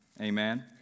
Amen